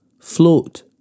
float